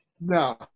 no